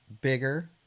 bigger